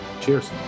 cheers